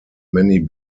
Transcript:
many